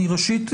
ראשית,